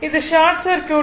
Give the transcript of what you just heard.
இது short circuit